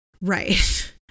Right